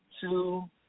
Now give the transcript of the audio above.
two